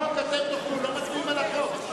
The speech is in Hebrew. לא מצביעים על החוק.